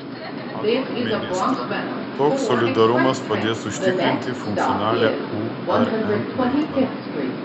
anot ministro toks solidarumas padės užtikrinti funkcionalią urm veiklą